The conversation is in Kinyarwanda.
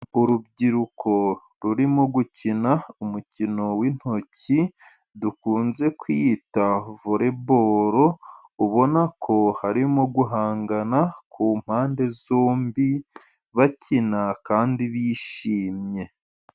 Urubyiruko rurimo gukina umukino w'intoki dukunze kwita voreboro, ubona ko harimo guhangana ku mpande zombi, bakina kandi bishimye.